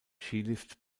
skilift